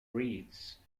reads